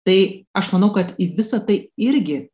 tai aš manau kad į visa tai irgi